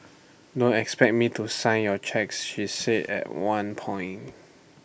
don't expect me to sign your cheques she said at one point